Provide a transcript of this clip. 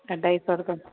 अढाई सौ रुपिया